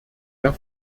der